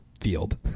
field